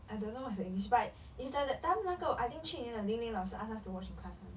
I don't know what's the english but it's like that time 那个 I 去年零零老师 ask us to watch in class [one]